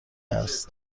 است